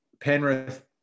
Penrith